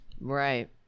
Right